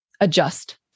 adjust